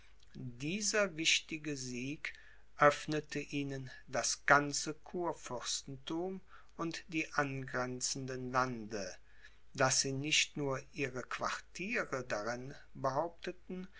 dieser wichtige sieg öffnete ihnen das ganze kurfürstenthum und die angrenzenden lande daß sie nicht nur ihre quartiere darin behaupteten